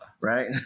right